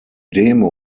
demo